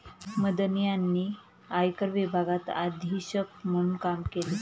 मदन यांनी आयकर विभागात अधीक्षक म्हणून काम केले